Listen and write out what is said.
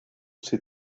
said